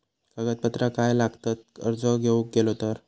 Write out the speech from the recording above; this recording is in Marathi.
कागदपत्रा काय लागतत कर्ज घेऊक गेलो तर?